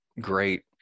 great